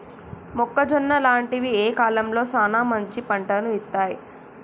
మొక్కజొన్న లాంటివి ఏ కాలంలో సానా మంచి పంటను ఇత్తయ్?